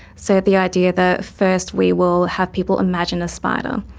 so the idea that first we will have people imagine a spider,